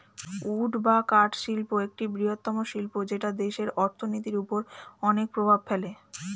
would বা কাঠ শিল্প একটি বৃহত্তম শিল্প যেটা দেশের অর্থনীতির ওপর অনেক প্রভাব ফেলে